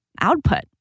output